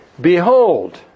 Behold